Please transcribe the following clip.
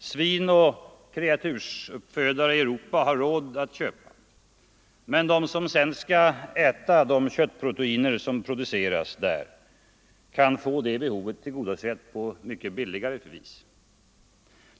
Svinoch kreatursuppfödare i Europa har råd att köpa, men de som sedan skall äta de köttproteiner som produceras där kan få det behovet tillgodosett på mycket billigare vis.